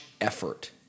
effort